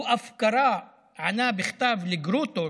הוא ענה בכתב לגרוטו,